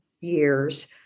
years